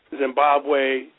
Zimbabwe